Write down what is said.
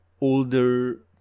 older